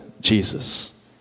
Jesus